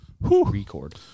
Record